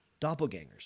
Doppelgangers